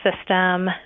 system